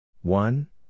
One